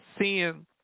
seeing